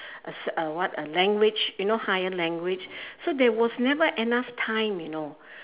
a s~ uh what a language you know higher language so there was never enough time you know